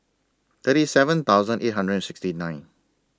thirty seven thousand eight hundred and sixty nine